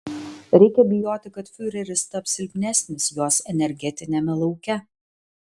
reikia bijoti kad fiureris taps silpnesnis jos energetiniame lauke